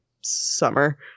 summer